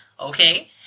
Okay